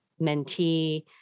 mentee